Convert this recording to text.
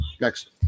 next